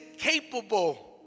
capable